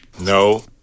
No